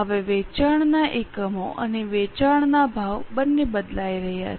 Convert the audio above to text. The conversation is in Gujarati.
હવે વેચાણના એકમો અને વેચાણના ભાવ બંને બદલાઇ રહ્યા છે